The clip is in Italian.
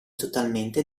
totalmente